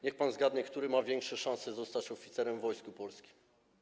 Niech pan zgadnie, który ma większe szanse zostać oficerem w Wojsku Polskim.